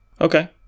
Okay